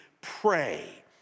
pray